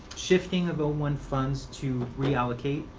shifting of ah one funds to reallocate,